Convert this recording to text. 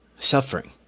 Suffering